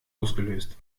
ausgelöst